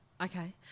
Okay